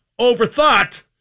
overthought